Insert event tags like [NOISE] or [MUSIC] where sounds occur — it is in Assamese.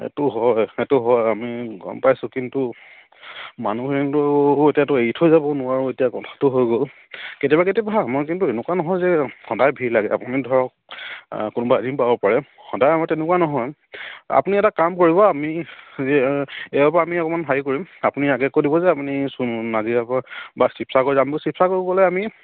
এইটো হয় সেইটো হয় আমি গম পাইছোঁ কিন্তু [UNINTELLIGIBLE] এতিয়াতো এৰি থৈ যাব নোৱাৰোঁ এতিয়া কথাটো হৈ গ'ল কেতিয়াবা কেতিয়াবা মই কিন্তু এনেকুৱা নহয় যে সদায় ভিৰ লাগে আপুনি ধৰক কোনোবা [UNINTELLIGIBLE] পাব পাৰে সদায় আমাৰ তেনেকুৱা নহয় আপুনি এটা কাম কৰিব আমি যে [UNINTELLIGIBLE] পৰা আমি অকমান হেৰি কৰিম আপুনি আগতে কৈ দিব যে আপুনি নাজিৰাৰ [UNINTELLIGIBLE]